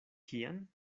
kian